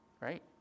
right